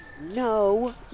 No